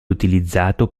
utilizzato